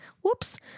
whoops